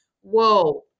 whoa